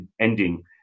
ending